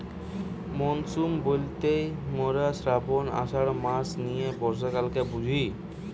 monsoon বইলতে মোরা শ্রাবন, আষাঢ় মাস নিয়ে বর্ষাকালকে বুঝি